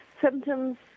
symptoms